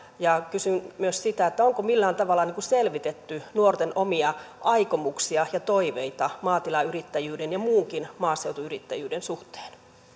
kysyn myös sitä onko millään tavalla selvitetty nuorten omia aikomuksia ja toiveita maatilayrittäjyyden ja muunkin maaseutuyrittäjyyden suhteen